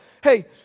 hey